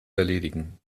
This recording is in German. erledigen